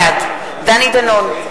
בעד דני דנון,